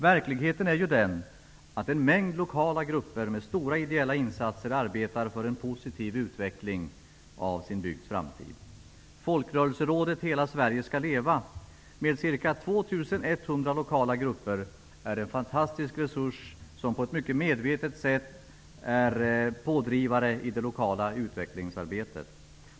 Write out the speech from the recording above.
Verkligheten är ju den att en mängd lokala grupper med stora ideella insatser arbetar för en positiv utveckling av sin bygds framtid. 2 100 lokala grupper, är en fantastisk resurs som på ett mycket medvetet sätt är pådrivare i det lokala utvecklingsarbetet.